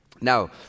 Now